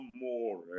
more